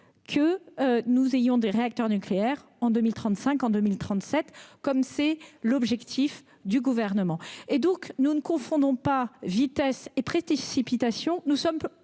que nous ayons des réacteurs nucléaires en 2035 ou 2037, ce qui est l'objectif du Gouvernement. En d'autres termes, nous ne confondons pas vitesse et précipitation. Nous sommes